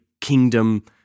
kingdom